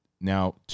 Now